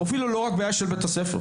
הוא אפילו לא רק בעיה של בית הספר.